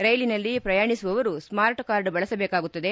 ರೈಲಿನಲ್ಲಿ ಪ್ರಯಾಣಿಸುವವರು smart card ಬಳಸಬೇಕಾಗುತ್ತದೆ